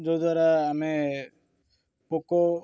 ଯେଉଁ ଦ୍ୱାରା ଆମେ ପୋକ